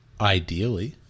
Ideally